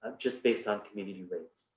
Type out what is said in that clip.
just based on community rates.